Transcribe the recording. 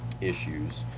Issues